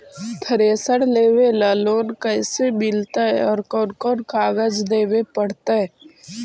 Thresher लेबे ल loan कैसे मिलतइ और कोन कोन कागज देबे पड़तै?